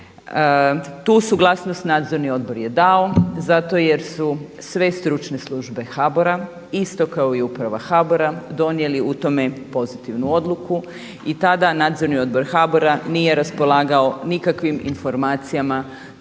Tu suglasnost nadzorni odbor je dao, zato jer su sve stručne službe HBOR-a isto kao i Uprava HBOR-a donijeli u tome pozitivnu odluku i tada Nadzorni odbor HBOR-a nije raspolagao nikakvim informacijama